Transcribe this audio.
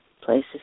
Places